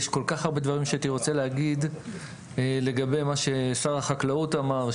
יש כל כך הרבה דברים שהייתי רוצה להגיד לגבי מה ששר החקלאות אמר,